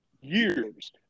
years